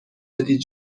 دادی